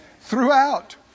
Throughout